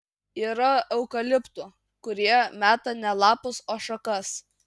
yra eukaliptų kurie meta ne lapus o šakas